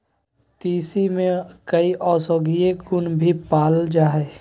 तीसी में कई औषधीय गुण भी पाल जाय हइ